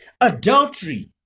adultery